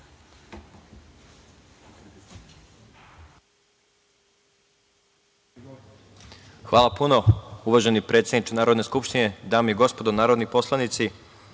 Hvala puno. Uvaženi predsedniče Narodne skupštine, dame i gospodo narodni poslanici,